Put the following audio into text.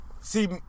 see